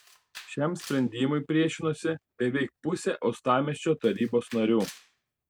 šiam sprendimui priešinosi beveik pusė uostamiesčio tarybos narių